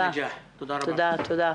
תודה.